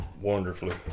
wonderfully